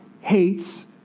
hates